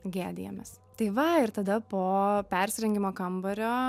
gėdijamės tai va ir tada po persirengimo kambario